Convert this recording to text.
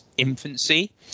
infancy